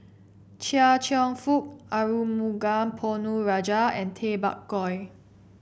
Chia Cheong Fook Arumugam Ponnu Rajah and Tay Bak Koi